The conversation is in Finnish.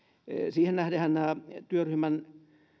siihen nähdenhän nämä työryhmän